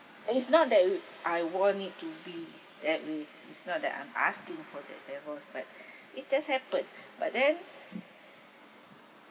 and it's not that we I want it to be that way it's not that I'm asking for that devils but it just happened but then